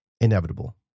inevitable